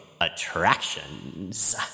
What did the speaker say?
attractions